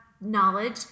knowledge